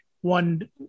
one